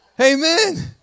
Amen